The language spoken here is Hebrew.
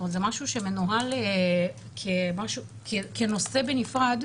זה משהו שמנוהל כנושא בנפרד.